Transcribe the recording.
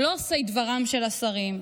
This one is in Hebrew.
לא עושי דברם של השרים,